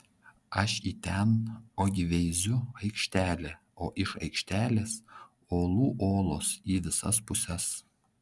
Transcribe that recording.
aš į ten ogi veiziu aikštelė o iš aikštelės olų olos į visas puses